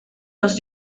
los